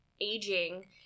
aging